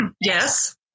Yes